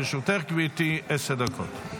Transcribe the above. לרשותך, גברתי, עשר דקות.